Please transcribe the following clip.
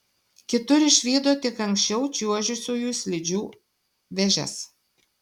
kitur išvydo tik anksčiau čiuožusiųjų slidžių vėžes